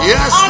Yes